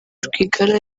rwigara